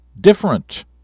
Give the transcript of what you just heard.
different